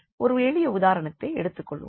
ஒரு எளிய உதாரணத்தை எடுத்துக் கொள்வோம்